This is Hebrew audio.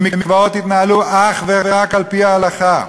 ומקוואות יתנהלו אך ורק על-פי ההלכה,